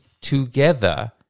together